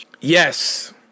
Yes